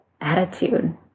attitude